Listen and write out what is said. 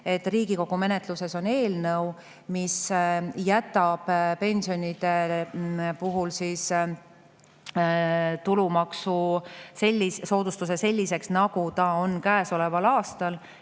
et Riigikogu menetluses on eelnõu, mis jätab pensionide puhul tulumaksusoodustuse selliseks, nagu ta käesoleval aastal